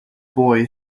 boy